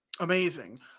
amazing